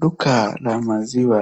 Duka la maziwa